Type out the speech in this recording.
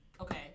okay